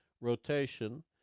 rotation